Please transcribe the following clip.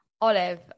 Olive